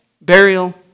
burial